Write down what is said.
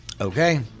Okay